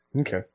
Okay